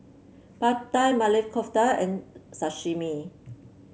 Pad Thai Maili Kofta and Sashimi